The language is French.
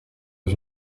pas